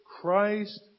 Christ